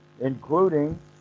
including